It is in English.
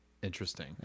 interesting